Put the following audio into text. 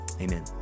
Amen